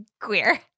queer